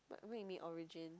but what you mean origin